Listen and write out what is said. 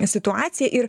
situaciją ir